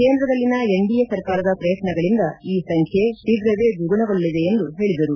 ಕೇಂದ್ರದಲ್ಲಿನ ಎನ್ಡಿಎ ಸರ್ಕಾರದ ಪ್ರಯತ್ನಗಳಿಂದ ಈ ಸಂಖ್ಯೆ ಶೀಘವೇ ದ್ವಿಗುಣಗೊಳ್ಳಲಿದೆ ಎಂದು ಹೇಳಿದರು